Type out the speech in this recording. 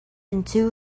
into